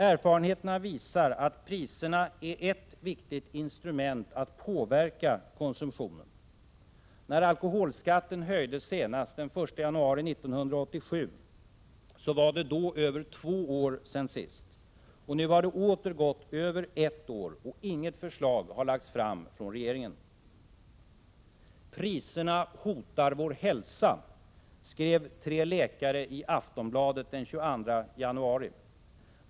Erfarenheterna visar att priserna är ett viktigt instrument att påverka konsumtionen. När alkoholskatten höjdes senast, den 1 januari 1987, var det över två år sedan sist. Och nu har det åter gått över ett år — och inget förslag har lagts fram av regeringen. ”Priserna hotar vår hälsa”, skrev tre läkare i Aftonbladet den 22 januari.